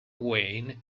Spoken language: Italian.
wayne